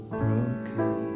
broken